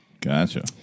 Gotcha